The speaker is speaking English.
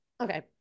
Okay